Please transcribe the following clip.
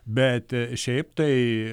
bet šiaip tai